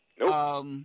Nope